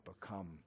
become